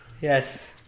Yes